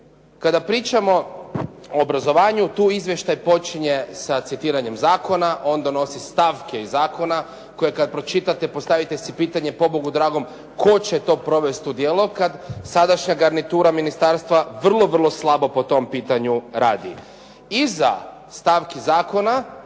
Kada pričamo o obrazovanju, tu izvještaj počinje sa citiranjem zakona, on donosi stavke iz zakona koje kad pročitate postavite si pitanje, po Bogu dragom, tko će to provesti u djelo kad sadašnja garnitura ministarstva vrlo vrlo slabo po tom pitanju radi. Iza stavki zakona